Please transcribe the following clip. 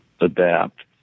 adapt